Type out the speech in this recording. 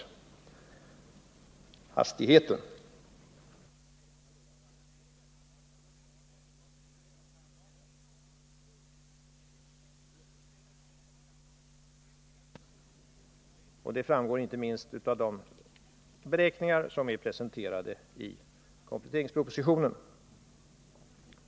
I själva verket är kommunsektorn gynnad jämfört med andra sektorer. Det framgår inte minst av de beräkningar som är presenterade i kompletteringspropositionen.